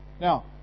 Now